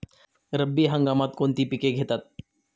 रब्बी हंगामात कोणती पिके घेतात?